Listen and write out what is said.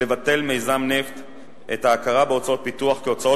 לבטל למיזם נפט את ההכרה בהוצאות פיתוח כהוצאות